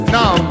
now